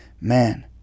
man